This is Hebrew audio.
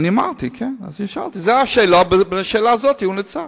אמרתי שבשאלה הזו הוא ניצח.